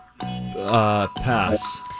pass